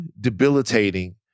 debilitating